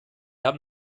haben